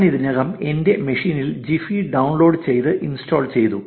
ഞാൻ ഇതിനകം എന്റെ മെഷീനിൽ ജിഫി ഡൌൺലോഡ് ചെയ്ത് ഇൻസ്റ്റാൾ ചെയ്തു